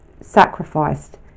sacrificed